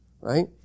right